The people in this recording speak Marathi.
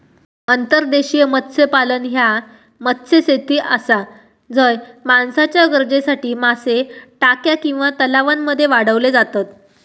अंतर्देशीय मत्स्यपालन ह्या मत्स्यशेती आसा झय माणसाच्या गरजेसाठी मासे टाक्या किंवा तलावांमध्ये वाढवले जातत